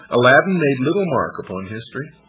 alaeddin made little mark upon history.